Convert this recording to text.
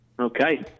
Okay